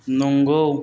नंगौ